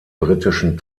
britischen